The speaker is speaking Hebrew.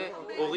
16:27.